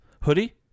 Hoodie